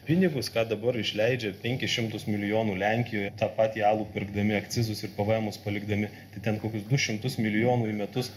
pinigus ką dabar išleidžia penkis šimtus milijonų lenkijoje tą patį alų pirkdami akcizus ir pvmus palikdami ten kokius du šimtus milijonų į metus